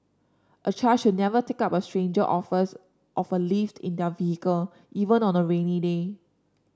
a child should never take up a stranger offers of a lift in their vehicle even on a rainy day